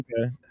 okay